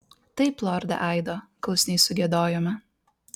taip lorde aido klusniai sugiedojome